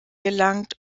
gelangt